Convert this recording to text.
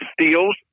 steals